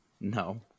No